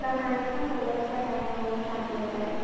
त हाणे छा मुहरत कढायणो हुयो शादीअ लाइ